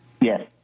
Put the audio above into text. Yes